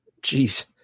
Jeez